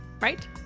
Right